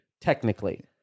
technically